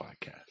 podcast